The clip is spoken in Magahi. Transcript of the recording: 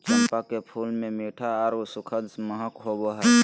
चंपा के फूल मे मीठा आर सुखद महक होवो हय